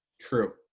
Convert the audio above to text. true